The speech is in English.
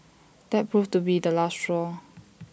that proved to be the last straw